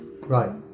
Right